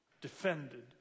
defended